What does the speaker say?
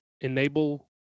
enable